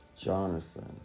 Jonathan